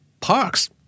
parks